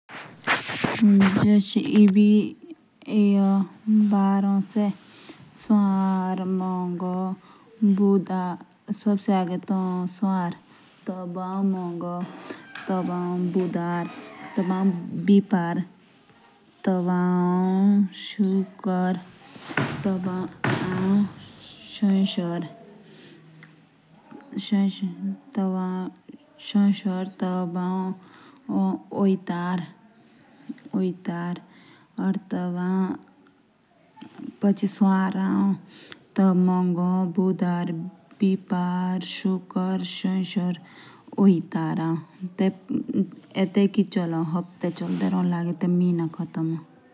जश एबि बार ए से। सबसे पहले तो आओ। सवार, तबी आओ आम, तबी आओ तबी बडबर, तबी भिपर, शुकर, शैशर, ओइतर।